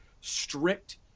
strict